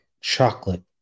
chocolate